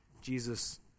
Jesus